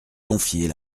confier